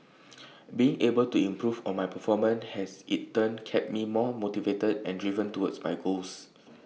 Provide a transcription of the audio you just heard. being able to improve on my performance has in turn kept me more motivated and driven towards my goals